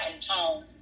tone